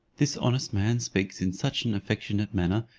this honest man speaks in such an affectionate manner,